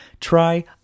Try